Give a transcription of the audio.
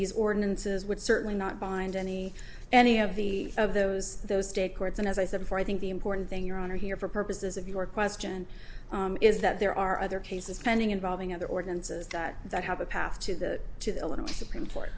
these ordinances would certainly not bind any any of the of those those state courts and as i said before i think the important thing your honor here for purposes of your question is that there are other cases pending involving other ordinances that have a path to the to the illinois supreme court